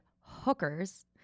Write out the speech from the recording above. hookers